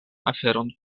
aferon